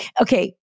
okay